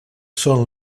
són